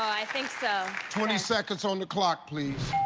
i think so. twenty seconds on the clock, please.